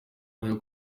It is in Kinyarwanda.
rero